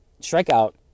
strikeout